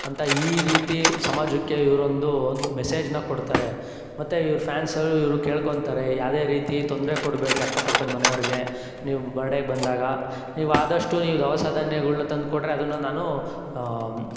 ಅಂತ ಈ ರೀತಿ ಸಮಾಜಕ್ಕೆ ಇವರೊಂದು ಮೆಸೇಜ್ನ ಕೊಡ್ತಾರೆ ಮತ್ತೆ ಇವ್ರ ಫ್ಯಾನ್ಸ್ ಇವರು ಕೇಳ್ಕೋತಾರೆ ಯಾವುದೇ ರೀತಿ ತೊಂದರೆ ಕೊಡಬೇಡ್ರಿ ಅಕ್ಕ ಪಕ್ಕದ ಮನೆಯವ್ರಿಗೆ ನೀವು ಬರ್ಡೇಗೆ ಬಂದಾಗ ನೀವು ಆದಷ್ಟು ನೀವು ದವಸ ಧಾನ್ಯಗಳನ್ನು ತಂದುಕೊಟ್ರೆ ಅದನ್ನು ನಾನು